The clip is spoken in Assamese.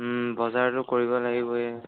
বজাৰটো কৰিব লাগিবয়ে